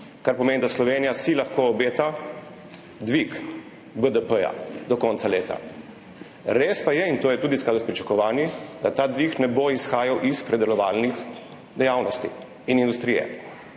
Kar pomeni, da si Slovenija lahko obeta dvig BDP do konca leta. Res pa je, in to je tudi v skladu s pričakovanji, da ta dvig ne bo izhajal iz predelovalnih dejavnosti in industrije,